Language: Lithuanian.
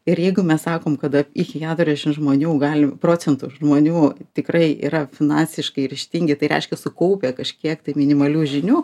ir jeigu mes sakom kad vat iki keturiašim žmonių gali procentų žmonių tikrai yra finansiškai ryžtingi tai reiškia sukaupę kažkiek tai minimalių žinių